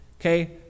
okay